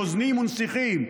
רוזנים ונסיכים.